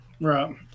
right